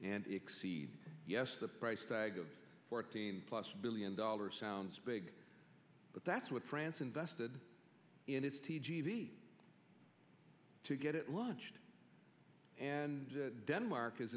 and exceed yes the price tag of fourteen plus billion dollars sounds big but that's what france invested in its t g v to get it launched and denmark is